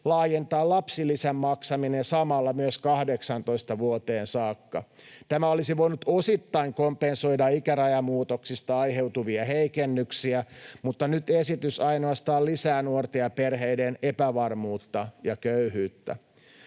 myös lapsilisän maksaminen 18 vuoteen saakka. Tämä olisi voinut osittain kompensoida ikärajamuutoksista aiheutuvia heikennyksiä, mutta nyt esitys ainoastaan lisää nuorten ja perheiden epävarmuutta ja köyhyyttä.